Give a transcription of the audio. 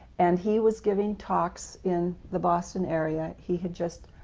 and he was giving talks in the boston area. he had just